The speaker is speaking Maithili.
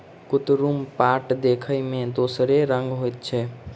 कुतरुम पाट देखय मे दोसरे रंगक होइत छै